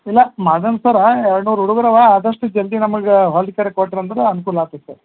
ಇಲ್ಲ ಮಾಡಣ ಸರ ಎರಡು ನೂರು ಹುಡ್ಗುರು ಅವೆ ಆದಷ್ಟು ಜಲ್ದಿ ನಮಗೆ ಹೊಲ್ದು ಖರೆ ಕೊಟ್ರಿ ಅಂದ್ರೆ ಅನುಕೂಲ ಆಗ್ತಿತ್ತು ಸರ್